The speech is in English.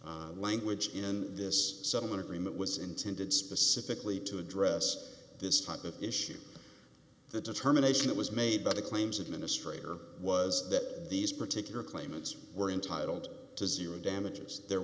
language in this settlement agreement was intended specifically to address this type of issue the determination that was made by the claims administrator was that these particular claimants were entitled to zero damages there